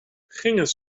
gingen